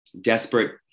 desperate